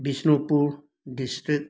Bishnupur district